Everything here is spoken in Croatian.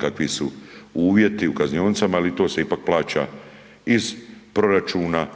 kakvi su uvjeti u kaznionicama jel i to se ipak plaća iz proračuna,